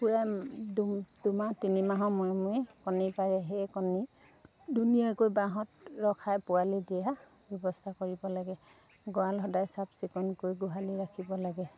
পূৰা দু দুমাহ তিনিমাহৰ মূৰে মূৰে কণী পাৰে সেই কণী ধুনীয়াকৈ বাঁহত ৰখাই পোৱালি দিয়া ব্যৱস্থা কৰিব লাগে গঁৰাল সদায় চাফ চিকুণকৈ গোহালি ৰাখিব লাগে